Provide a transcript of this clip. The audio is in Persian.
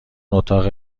اتاق